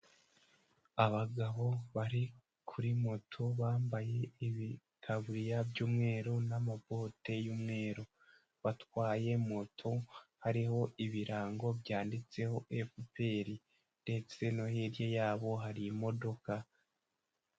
Abagabo bari kuri moto bambaye ibitaburiya by'umweru n'amabote y'umweru, batwaye moto hariho ibirango byanditseho FPR, ndetse no hirya yabo hari imodoka.